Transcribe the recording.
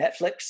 Netflix